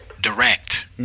direct